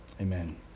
amen